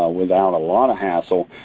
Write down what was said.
ah without a lot of hassle,